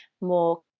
more